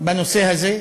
בנושא הזה.